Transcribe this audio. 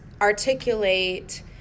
articulate